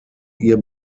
ihr